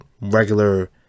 regular